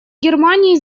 германии